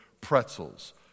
pretzels